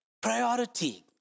Priority